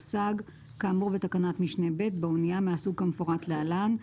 כאמור בתקנת משנה (ב) באנייה מהסוג כמפורט להלן: